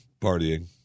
partying